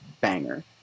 banger